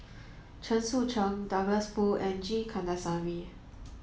Chen Sucheng Douglas Foo and G Kandasamy